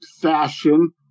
fashion